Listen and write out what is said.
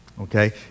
Okay